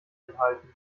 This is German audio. enthalten